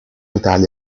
italia